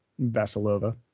Vasilova